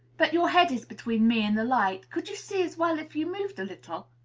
but your head is between me and the light could you see as well if you moved a little?